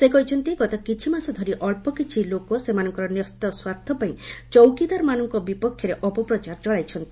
ସେ କହିଛନ୍ତି ଗତ କିଛି ମାସ ଧରି ଅଳ୍ପ କିଛି ଲୋକ ସେମାନଙ୍କର ନ୍ୟସ୍ତ ସ୍ୱାର୍ଥ ପାଇଁ ଚୌକିଦାର ମାନଙ୍କ ବିପକ୍ଷରେ ଅପପ୍ରଚାର ଚଳାଇଛନ୍ତି